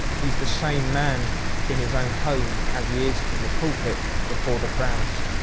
he's the same man in his own home as he is in the pulpit before the crowds.